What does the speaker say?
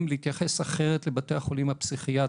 להתייחס אחרת לבתי החולים הפסיכיאטריים.